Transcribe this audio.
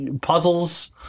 Puzzles